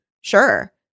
sure